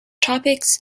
topics